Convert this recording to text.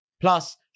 Plus